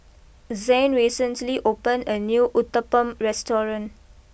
Zain recently opened a new Uthapam restaurant